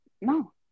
No